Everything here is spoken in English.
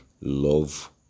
love